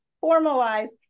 formalized